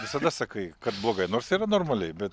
visada sakai kad blogai nors yra normaliai bet